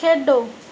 खेढो